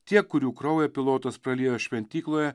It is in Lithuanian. tie kurių kraują pilotas praliejo šventykloje